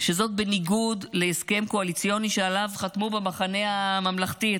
בניגוד להסכם קואליציוני שעליו חתמו במחנה הממלכתי,